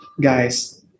guys